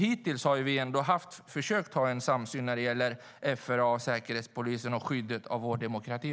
Hittills har vi försökt ha en samsyn om FRA, Säkerhetspolisen och skyddet av vår demokrati.